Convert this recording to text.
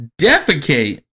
defecate